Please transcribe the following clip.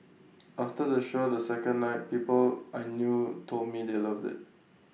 after the show on the second night people I knew told me they loved IT